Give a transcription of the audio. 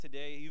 Today